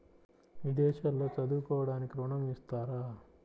విదేశాల్లో చదువుకోవడానికి ఋణం ఇస్తారా?